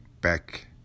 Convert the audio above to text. back